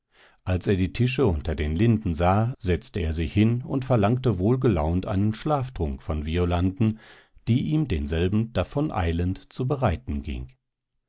als er die tische unter den linden sah setzte er sich hin und verlangte wohlgelaunt einen schlaftrunk von violanden die ihm denselben davoneilend zu bereiten ging